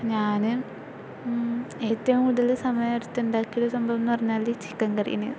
ഞാൻ ഏറ്റവും കൂടുതൽ സമയം എടുത്തുണ്ടാക്കിയൊരു സംഭവമെന്ന് പറഞ്ഞാല് ചിക്കൻ കറിനെയാണ്